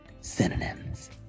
synonyms